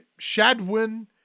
Shadwin